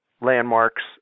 landmarks